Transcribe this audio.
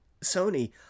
Sony